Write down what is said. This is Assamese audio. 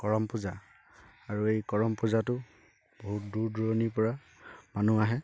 কৰম পূজা আৰু এই কৰম পূজাতো বহুত দূৰ দূৰণৰি পৰা মানুহ আহে